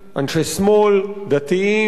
אנשי שמאל, דתיים,